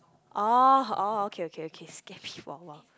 orh orh okay okay okay scare me for a while